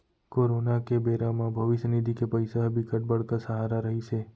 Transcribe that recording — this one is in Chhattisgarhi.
कोरोना के बेरा म भविस्य निधि के पइसा ह बिकट बड़का सहारा रहिस हे